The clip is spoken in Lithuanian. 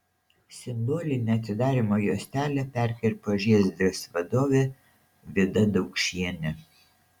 simbolinę atidarymo juostelę perkirpo žiezdrės vadovė vida daukšienė